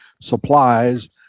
supplies